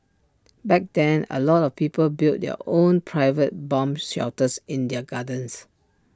back then A lot of people built their own private bomb shelters in their gardens